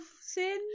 sin